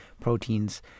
proteins